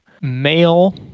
male